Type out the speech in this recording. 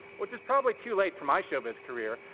which is probably too late for my show biz career,